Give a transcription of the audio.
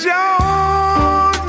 Jones